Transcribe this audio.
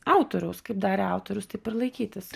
autoriaus kaip darė autorius taip ir laikytis